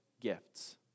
gifts